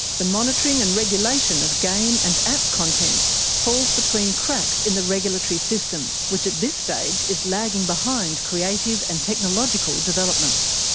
the monitoring and regulation of game and app content falls between cracks in the regulatory system, which at this stage is lagging behind creative and technological developments.